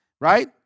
Right